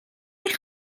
eich